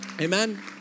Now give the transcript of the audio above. amen